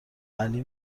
علی